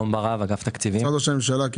משרד ראש הממשלה.